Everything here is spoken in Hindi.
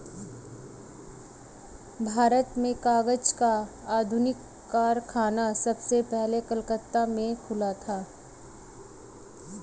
भारत में कागज का आधुनिक कारखाना सबसे पहले कलकत्ता में खुला था